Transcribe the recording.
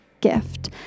gift